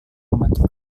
membantu